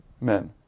Men